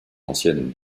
ancienne